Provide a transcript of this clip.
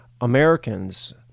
Americans